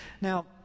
now